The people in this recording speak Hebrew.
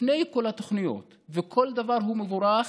לפני כל התוכניות, וכל דבר הוא מבורך,